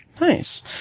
Nice